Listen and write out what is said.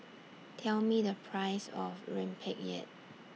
Tell Me The Price of Rempeyek